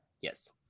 Yes